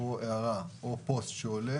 הערה או פוסט שעולה